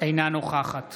אינה נוכחת